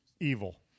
evil